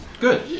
Good